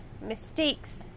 mistakes